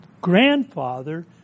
grandfather